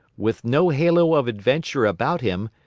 with no halo of adventure about him,